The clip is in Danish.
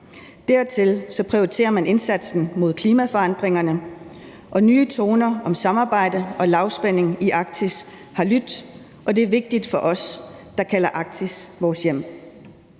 Dertil prioriterer man indsatsen mod klimaforandringerne, og nye toner om samarbejde og lavspænding i Arktis har lydt, og det er vigtigt for os, der kalder Arktis vores hjem.